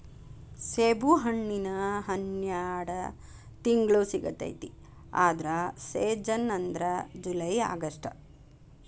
ಸೇಬುಹಣ್ಣಿನ ಹನ್ಯಾಡ ತಿಂಗ್ಳು ಸಿಗತೈತಿ ಆದ್ರ ಸೇಜನ್ ಅಂದ್ರ ಜುಲೈ ಅಗಸ್ಟ